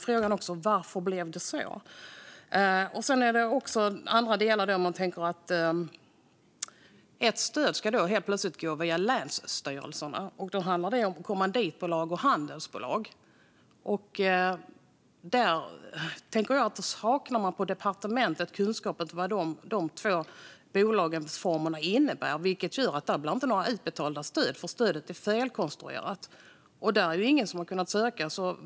Frågan är: Varför blev det så? Det är också andra delar. Ett stöd ska helt plötsligt gå via länsstyrelserna. Det handlar om kommanditbolag och handelsbolag. Där saknar man på departementet kunskap om vad de två bolagsformerna innebär. Det gör att det inte blir några utbetalda stöd, för stödet är felkonstruerat. Det är ingen som har kunnat söka.